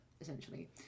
essentially